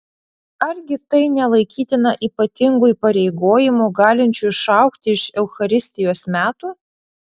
argi tai nelaikytina ypatingu įpareigojimu galinčiu išaugti iš eucharistijos metų